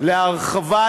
להרחבת